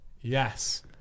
Yes